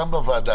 כאן בוועדה,